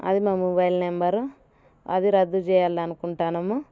అది మా mobile number అది రద్దు చెయ్యాలనుకుంటున్నాము